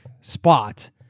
spot